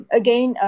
again